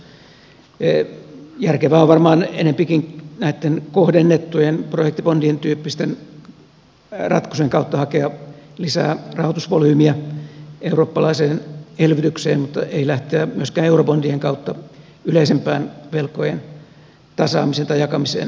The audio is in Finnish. järkevää on varmaan enempikin näitten kohdennettujen projektibondien tyyppisten ratkaisujen kautta hakea lisää rahoitusvolyymiä eurooppalaiseen elvytykseen mutta ei lähteä myöskään eurobondien kautta yleisempään velkojen tasaamiseen tai jakamiseen yhteisvastuun puolelle